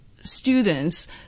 students